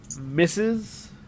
Misses